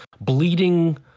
bleeding